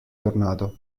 tornato